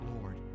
Lord